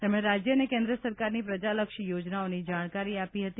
તેમણે રાજ્ય અને કેન્દ્ર સરકારની પ્રજાલક્ષી યોજનાઓની જાણકારી આપી હતી